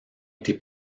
été